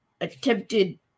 attempted